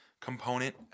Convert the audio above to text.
component